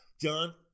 John